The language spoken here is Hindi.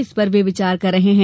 इस पर वे विचार कर रहे हैं